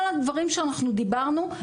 אז אני אתן לך את ההזדמנות כל עוד זה תלוי בי.